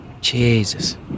Jesus